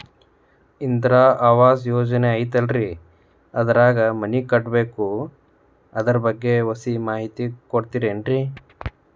ಇಂದಿರಾ ಆವಾಸ ಯೋಜನೆ ಐತೇಲ್ರಿ ಅದ್ರಾಗ ಮನಿ ಕಟ್ಬೇಕು ಅದರ ಬಗ್ಗೆ ಒಸಿ ಮಾಹಿತಿ ಕೊಡ್ತೇರೆನ್ರಿ?